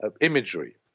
imagery